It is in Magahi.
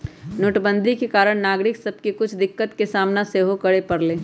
नोटबन्दि के कारणे नागरिक सभके के कुछ दिक्कत सामना सेहो करए परलइ